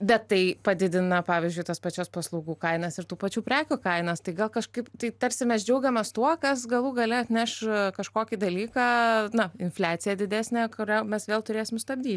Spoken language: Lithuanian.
bet tai padidina pavyzdžiui tas pačias paslaugų kainas ir tų pačių prekių kainas staiga kažkaip tai tarsi mes džiaugiamės tuo kas galų gale atneš kažkokį dalyką na infliaciją didesnę kurią mes vėl turėsim stabdyt